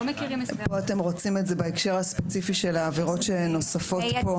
אם אתם רוצים את זה פה בהקשר הספציפי של העבירות שנוספות פה,